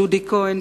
דודי כהן,